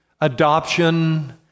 adoption